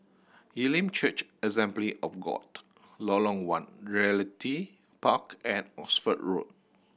Elim Church Assembly of God Lorong One Realty Park and Oxford Road